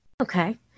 Okay